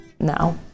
now